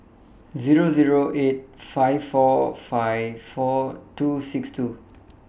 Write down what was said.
Zero Zero eight five four five four two six two